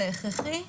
זה הכרחי,